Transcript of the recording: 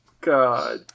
God